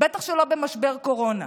בטח שלא במשבר קורונה.